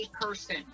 person